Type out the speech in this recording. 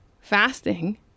fasting